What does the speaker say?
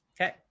Okay